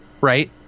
right